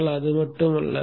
ஆனால் அது மட்டும் அல்ல